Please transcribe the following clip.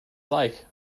like